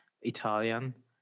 Italian